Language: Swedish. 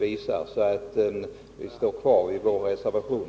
Jag vidhåller yrkandet om bifall till vår reservation.